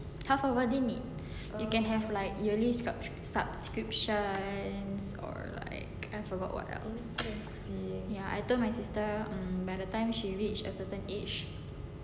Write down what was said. half of our deen need you can have like yearly sub~ subscription or like I forgot what else ya I told my sister um by the time she reach a certain age